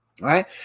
right